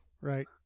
Right